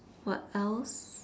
what else